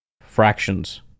fractions